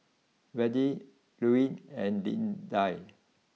Virdie Louie and Lidia